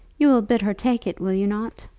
you will bid her take it will you not?